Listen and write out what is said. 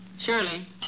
Surely